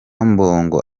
mbungo